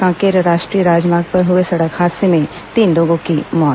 कांकेर राष्ट्रीय राजमार्ग पर हए सड़क हादसे में तीन लोगों की मौत